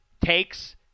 takes